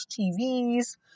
TVs